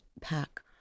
pack